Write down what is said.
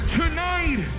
tonight